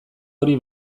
hori